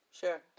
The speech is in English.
Sure